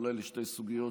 אולי לשתי סוגיות,